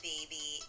baby